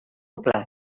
plat